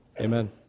Amen